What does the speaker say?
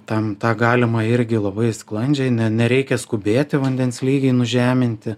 tam tą galima irgi labai sklandžiai ne nereikia skubėti vandens lygį nužeminti